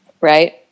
right